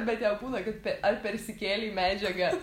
bet jam būna kad ar persikėlei medžiagą